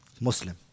Muslim